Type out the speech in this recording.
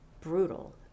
brutal